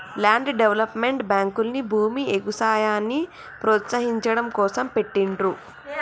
land development బ్యేంకుల్ని భూమి, ఎగుసాయాన్ని ప్రోత్సహించడం కోసం పెట్టిండ్రు